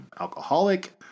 alcoholic